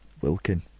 Wilkin